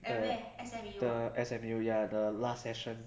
the the S_M_U ya the last session